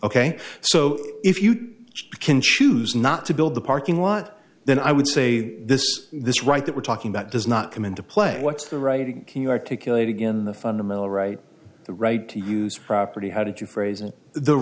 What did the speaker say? ok so if you can choose not to build the parking lot then i would say this this right that we're talking about does not come into play what's the writing king articulated in the fundamental right the right to use property how did you phrase and the